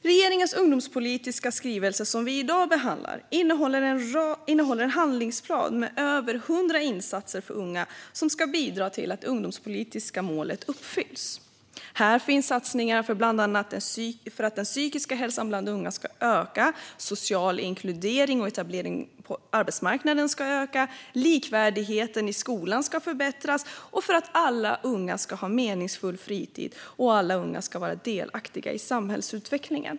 Regeringens ungdomspolitiska skrivelse, som vi i dag behandlar, innehåller en handlingsplan med över 100 insatser för unga, som ska bidra till att det ungdomspolitiska målet uppfylls. Här finns satsningar bland annat för att den psykiska hälsan bland unga ska öka, för att social inkludering och etablering på arbetsmarknaden ska öka, för att likvärdigheten i skolan ska förbättras och för att alla unga ska ha en meningsfull fritid och vara delaktiga i samhällsutvecklingen.